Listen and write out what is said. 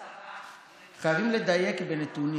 עד עכשיו היית בקמפיין